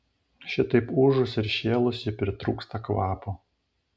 šitaip ūžus ir šėlus ji pritrūksta kvapo